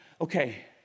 okay